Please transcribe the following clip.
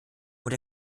und